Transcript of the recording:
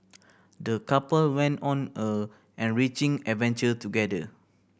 the couple went on a enriching adventure together